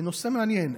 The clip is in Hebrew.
זה נושא מעניין.